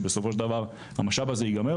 שבסופו של דבר המשאב הזה ייגמר,